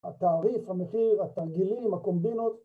התאריך, המחיר, התרגילים, הקומבינות